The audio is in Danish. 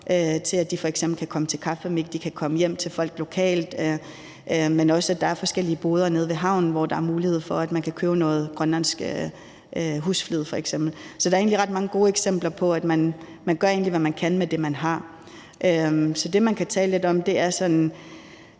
for at de f.eks. kan komme til kaffemik, de kan komme hjem til de lokale, men der er også forskellige boder nede ved havnen, hvor der er mulighed for, at man f.eks. kan købe noget grønlandsk husflid. Så der er egentlig ret mange gode eksempler på, at man gør, hvad man kan, med det, man har. Så det, man kan tale lidt om, er,